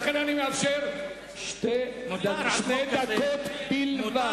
לכן, אני מאפשר שתי דקות בלבד.